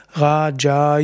raja